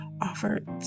offered